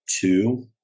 two